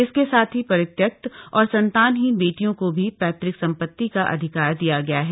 इसके साथ ही परित्यक्त और संतानहीन बेटियों को भी पैतृक संपत्ति का अधिकार दिया गया है